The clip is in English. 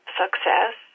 success